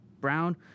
Brown